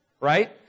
right